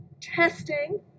testing